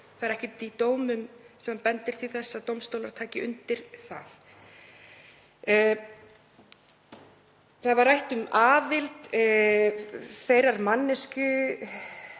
þá er ekkert í dómum sem bendir til þess að dómstólar taki undir það. Það var rætt um aðild þeirrar manneskju